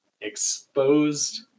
exposed